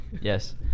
Yes